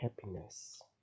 happiness